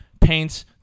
paints